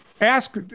Ask